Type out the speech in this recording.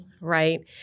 Right